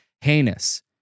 heinous